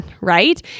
right